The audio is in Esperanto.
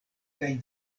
kaj